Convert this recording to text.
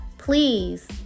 please